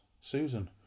Susan